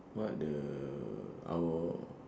what the ah war